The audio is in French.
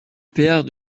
père